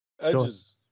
edges